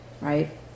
Right